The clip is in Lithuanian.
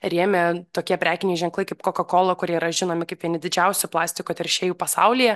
rėmė tokie prekiniai ženklai kaip kokakola kurie yra žinomi kaip vieni didžiausių plastiko teršėjų pasaulyje